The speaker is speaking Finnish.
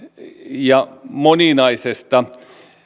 ja moninaisesta